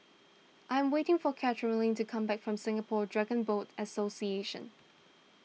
I am waiting for Karolyn to come back from Singapore Dragon Boat Association